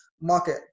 market